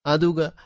Aduga